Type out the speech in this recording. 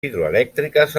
hidroelèctriques